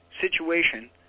situation